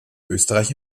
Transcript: österreich